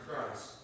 Christ